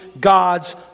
God's